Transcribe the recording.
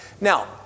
Now